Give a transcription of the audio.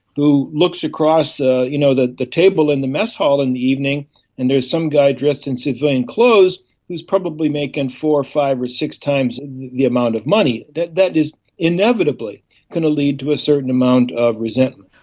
who looks across ah you know the the table in the mess hall in the evening and there's some guy dressed in civilian clothes who is probably making four, five or six times the amount of money. that that is inevitably going to lead to a certain amount of resentment.